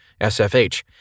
SFH